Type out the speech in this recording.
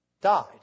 died